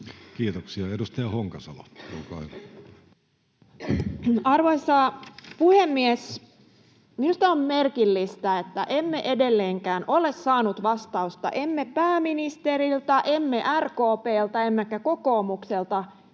asemasta Time: 13:44 Content: Arvoisa puhemies! Minusta on merkillistä, että emme edelleenkään ole saaneet vastausta — emme pääministeriltä, emme RKP:ltä emmekä kokoomukselta